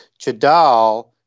chadal